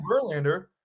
Verlander